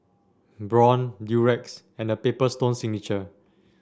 Braun Durex and The Paper Stone Signature